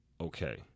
okay